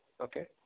okay